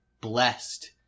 blessed